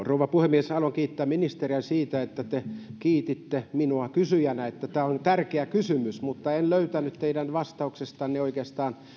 rouva puhemies haluan kiittää ministeriä siitä että te kiititte minua kysyjänä siitä että tämä on tärkeä kysymys mutta en löytänyt teidän vastauksestanne oikeastaan